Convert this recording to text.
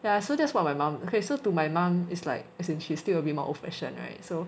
ya so that's what my mum okay to my mum is like as in she still a bit more old fashioned [right] so